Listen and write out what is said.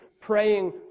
praying